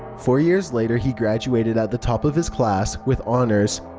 four years later he graduated at the top of his class. with honors.